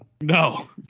No